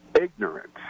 ignorance